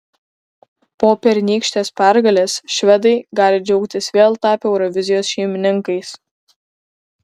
po pernykštės pergalės švedai gali džiaugtis vėl tapę eurovizijos šeimininkais